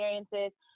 experiences